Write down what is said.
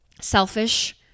selfish